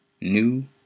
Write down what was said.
new